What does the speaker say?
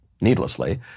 needlessly